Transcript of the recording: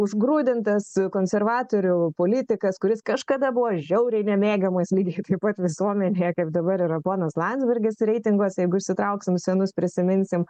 užgrūdintas konservatorių politikas kuris kažkada buvo žiauriai nemėgiamas lygiai taip pat visuomenėj kaip dabar yra ponas landsbergis reitinguos jeigu išsitrauksite senus prisiminsime